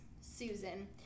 Susan